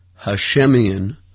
Hashemian